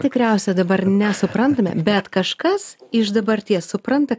tikriausia dabar nesuprantame bet kažkas iš dabarties supranta